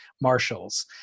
marshals